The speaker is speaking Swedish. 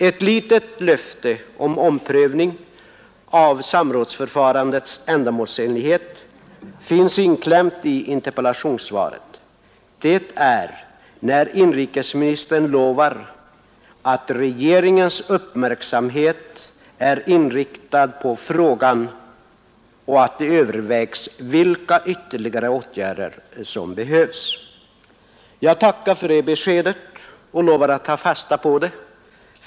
Ett litet löfte om omprövning av samrådsförfarandets ändamålsenlighet finns inklämt i interpellationssvaret, nämligen när inrikesministern säger att regeringens uppmärksamhet är inriktad på frågan och att det övervägs vilka ytterligare åtgärder som behövs. Jag tackar för det beskedet och lovar att ta fasta på det.